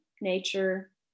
nature